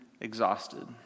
exhausted